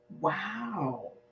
Wow